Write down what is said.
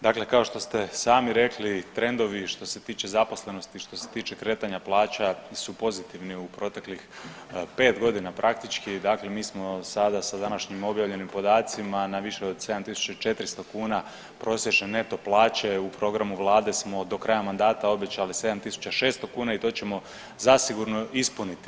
Dakle, kao što ste sami rekli trendovi što se tiče zaposlenosti, što se tiče kretanja plaća di su pozitivni u proteklih pet godina praktički, dakle mi smo sada sa današnjim objavljenim podacima na više od 7.400 kuna prosječne neto plaće u programu vlade smo do kraja mandata obećali 7.600 kuna i to ćemo zasigurno ispuniti.